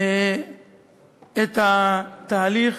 את התהליך,